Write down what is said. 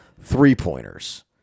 three-pointers